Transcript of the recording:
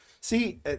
See